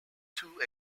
two